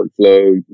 workflow